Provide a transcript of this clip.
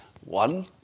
One